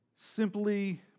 Simply